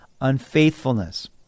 unfaithfulness